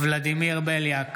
ולדימיר בליאק,